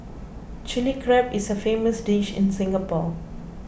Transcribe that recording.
Chilli Crab is a famous dish in Singapore